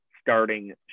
starting